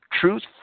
Truth